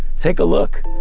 take a look.